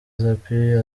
zappy